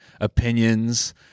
opinions